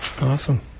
Awesome